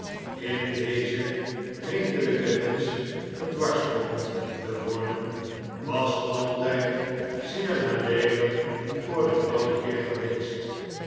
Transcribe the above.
in dezen redelijken wensch gedwarsboomd te worden was altijd zeer nadeelig voor den ouden heer geweest